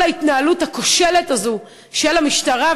כל ההתנהלות הכושלת הזו של המשטרה,